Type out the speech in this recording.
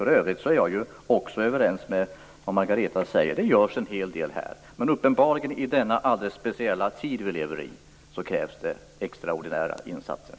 För övrigt håller jag med Margareta Andersson om att det görs en hel del på det här området. Men i den alldeles speciella tid vi lever krävs det uppenbarligen extraordinära insatser.